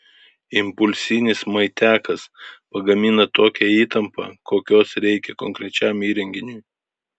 impulsinis maitiakas pagamina tokią įtampą kokios reikia konkrečiam įrenginiui